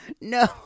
No